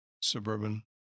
suburban